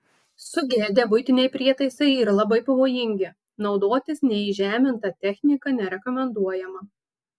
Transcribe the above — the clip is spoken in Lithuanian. sugedę buitiniai prietaisai yra labai pavojingi naudotis neįžeminta technika nerekomenduojama